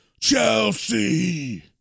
Chelsea